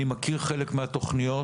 אני מכיר חלק מהתוכניות,